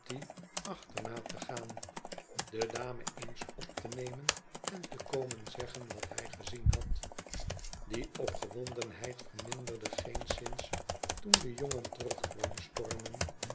achterna te gaan de dame eens op te nemen en te komen zeggen wat hij gezien had die opgewondenheid verminderde geenszins toen de jongen terug kwam stormen